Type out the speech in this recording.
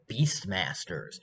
beastmasters